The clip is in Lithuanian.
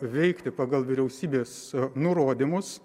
veikti pagal vyriausybės nurodymus